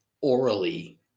orally